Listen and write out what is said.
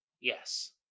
Yes